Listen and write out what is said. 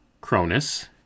Cronus